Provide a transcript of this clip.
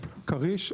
כריש.